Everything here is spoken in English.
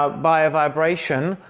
ah by a vibration,